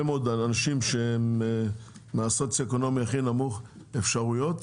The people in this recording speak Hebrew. מאוד אנשים שהם מהסוציואקונומי הכי נמוך אפשרויות,